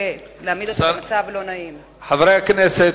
ולהעמיד אותו במצב לא נעים, חברי הכנסת,